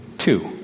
two